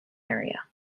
area